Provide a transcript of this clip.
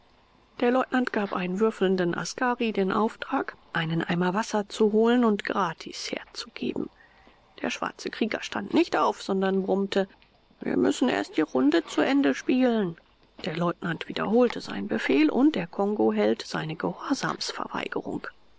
der leutnant gab einem würfelnden askari den auftrag einen eimer wasser zu holen und gratis herzugeben der schwarze krieger stand nicht auf sondern brummte wir müssen erst die runde zu ende spielen der leutnant wiederholte seinen befehl und der kongoheld seine gehorsamsverweigerung